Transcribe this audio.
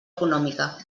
econòmica